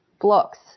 blocks